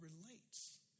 relates